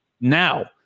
now